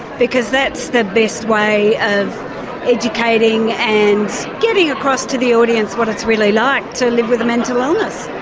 because that's the best way of educating and getting across to the audience what it's really like to live with a mental illness.